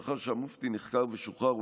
לאחר שהמופתי נחקר ושוחרר,